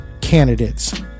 candidates